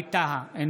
ווליד טאהא,